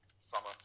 summer